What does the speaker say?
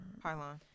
Pylon